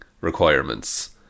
requirements